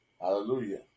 Hallelujah